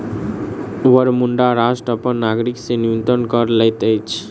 Bermuda राष्ट्र अपन नागरिक से न्यूनतम कर लैत अछि